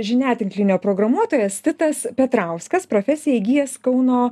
žiniatinklinio programuotojas titas petrauskas profesiją įgijęs kauno